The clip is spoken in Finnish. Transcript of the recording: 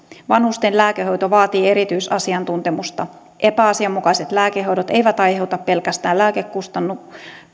vanhusten lääkehoito vaatii erityisasiantuntemusta epäasianmukaiset lääkehoidot eivät aiheuta pelkästään lääkekustannuksia